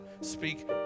speak